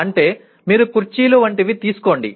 అంటే మీరు కుర్చీలు వంటివి తీసుకోండి